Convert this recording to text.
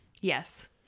Yes